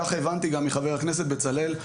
כך הבנתי גם מחבר הכנסת בצלאל,